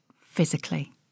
physically